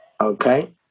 Okay